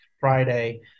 Friday